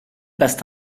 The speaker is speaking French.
passent